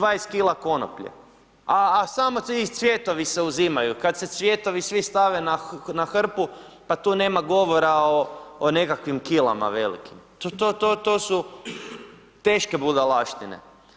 20 kila konoplje, a samo cvjetovi se uzimaju, kad se cvjetovi svi stave na hrpu pa tu nema govora o nekakvim kilama velikim, to su teške budalaštine.